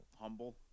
humble